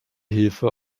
hilfe